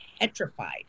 petrified